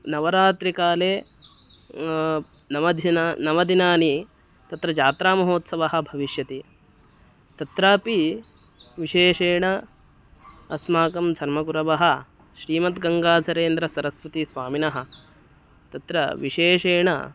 नवरात्रिकाले नवधिन नवदिनानि तत्र जात्रामहोत्सवः भविष्यति तत्रापि विशेषेण अस्माकं धर्मगुरवः श्रीमद्गङ्गाधरेन्द्रसरस्वतीस्वामिनः तत्र विशेषेण